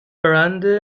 برند